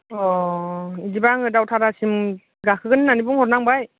अ बिदिबा आङो दावधारासिम गाखोगोन होननानै बुंहरनांबाय